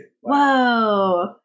Whoa